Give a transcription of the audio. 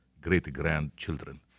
great-grandchildren